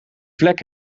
vlek